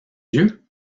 yeux